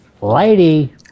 Lady